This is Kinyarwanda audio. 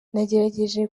nagerageje